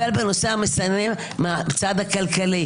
רעיונות נהדרים והקשבת והגבת והבטחת גם שננסה לקדם אותם,